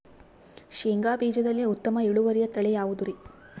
ಶೇಂಗಾ ಬೇಜದಲ್ಲಿ ಉತ್ತಮ ಇಳುವರಿಯ ತಳಿ ಯಾವುದುರಿ?